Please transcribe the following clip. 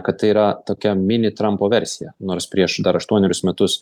kad tai yra tokia mini trampo versija nors prieš dar aštuonerius metus